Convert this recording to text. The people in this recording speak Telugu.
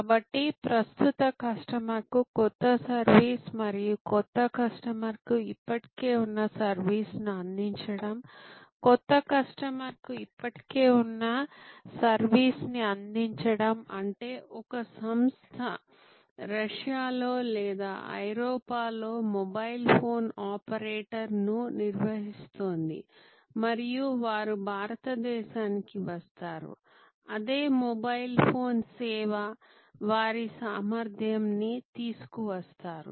కాబట్టి ప్రస్తుత కస్టమర్కు క్రొత్త సర్వీస్ మరియు క్రొత్త కస్టమర్కు ఇప్పటికే ఉన్న సర్వీస్ ను అందించడం క్రొత్త కస్టమర్కు ఇప్పటికే ఉన్న సర్వీస్ని అందించడం అంటే ఒక సంస్థ రష్యాలో లేదా ఐరోపాలో మొబైల్ ఫోన్ ఆపరేటర్ను నిర్వహిస్తోంది మరియు వారు భారతదేశానికి వస్తారు అదే మొబైల్ ఫోన్ సేవ వారి సామర్ధ్యం ని తీసుకువస్తారు